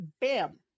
Bam